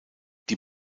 die